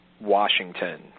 Washington